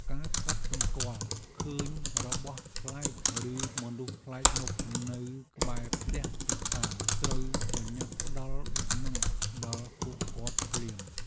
ការកត់សម្គាល់ឃើញរបស់ប្លែកឬមនុស្សប្លែកមុខនៅក្បែរផ្ទះជិតខាងត្រូវប្រញាប់ផ្ដល់ដំណឹងដល់ពួកគាត់ភ្លាម។